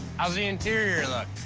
how's the interior look?